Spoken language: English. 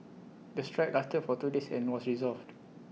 the strike lasted for two days and was resolved